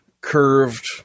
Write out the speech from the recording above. curved